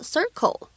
Circle